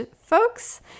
folks